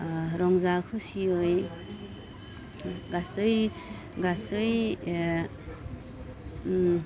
रंजा खुसियै गासै गासै